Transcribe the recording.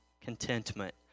Contentment